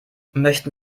möchten